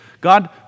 God